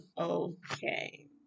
okay